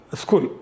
school